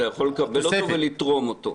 אתה יכול לקבל אותו ולתרום אותו.